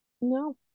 No